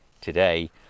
today